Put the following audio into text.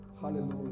Hallelujah